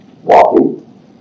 Walking